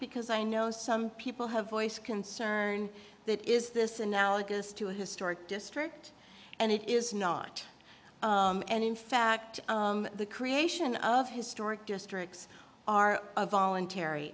because i know some people have voiced concern that is this analogous to a historic district and it is not and in fact the creation of historic districts are a voluntary